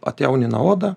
atjaunina odą